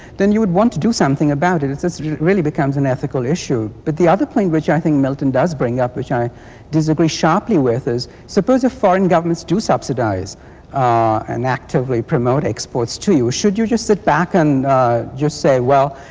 then you would want to do something about it, if this really becomes an ethical issue. but the other thing, which i think milton does bring up, which i disagree sharply with, is suppose the foreign governments do subsidize and actively promote exports to you. should you just sit back and just say, well,